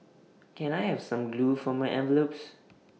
can I have some glue for my envelopes